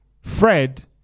Fred